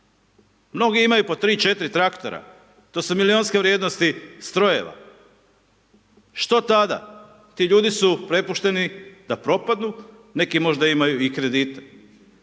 Mnogi imaju po tri, četiri traktora, to su milijunske vrijednosti strojeva. Što tada? Ti ljudi su prepušteni da propadnu, neki možda imaju i kredite.